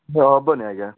ହେବନି ଆଜ୍ଞା